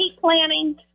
planning